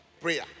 Prayer